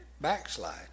backslide